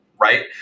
right